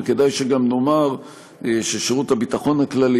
וכדאי שגם נאמר ששירות הביטחון הכללי,